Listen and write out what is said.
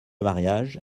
mariage